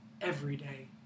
everyday